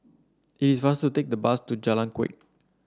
it is faster to take the bus to Jalan Kuak